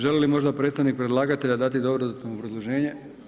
Želi li možda predstavnik predlagatelja dati dodatno obrazloženje?